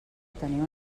tenia